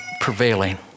prevailing